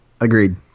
agreed